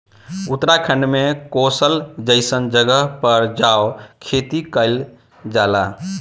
उत्तराखंड में कसोल जइसन जगह पर आजो खेती कइल जाला